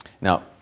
Now